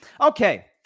Okay